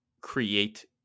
create